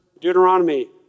Deuteronomy